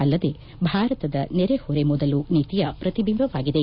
ಅಲ್ಲದೇ ಭಾರತದ ನೆರೆಹೊರೆ ಮೊದಲು ನೀತಿಯ ಪ್ರತಿಬಿಂಬವಾಗಿದೆ